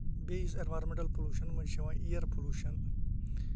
بیٚیہِ یُس environmental pollution منٛز چھُ یِوان اِیر پٔلوٗشن